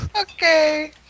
Okay